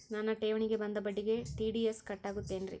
ನನ್ನ ಠೇವಣಿಗೆ ಬಂದ ಬಡ್ಡಿಗೆ ಟಿ.ಡಿ.ಎಸ್ ಕಟ್ಟಾಗುತ್ತೇನ್ರೇ?